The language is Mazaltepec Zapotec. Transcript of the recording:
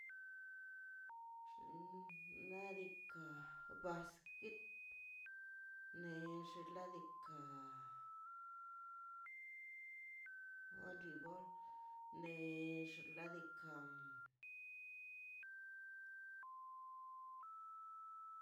Xin ladika basquet ne nex ladika boli bol nex ladika